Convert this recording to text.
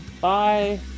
bye